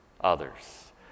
others